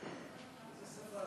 עמיתי חברי הכנסת,)